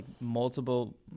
multiple